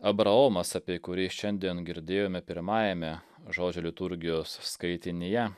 abraomas apie kurį šiandien girdėjome pirmajame žodžio liturgijos skaitinyje